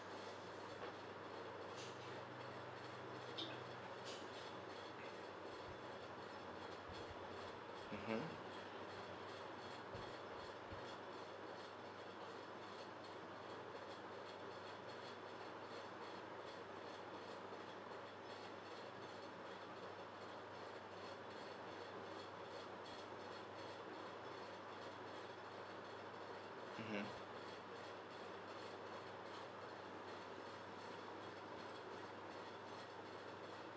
mmhmm mmhmm